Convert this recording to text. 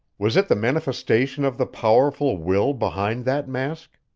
was it the manifestation of the powerful will behind that mask?